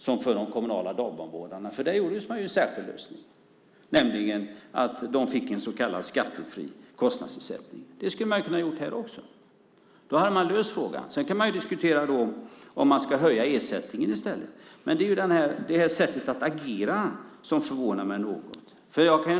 Där beslutade man ju om en särskild lösning, nämligen att de fick en så kallad skattefri kostnadsersättning. Det hade man kunnat göra här också. Då hade man löst problemet. Sedan kan man diskutera om man ska höja ersättningen i stället. Det är det här sättet att agera som förvånar mig något.